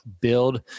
Build